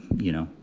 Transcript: you know,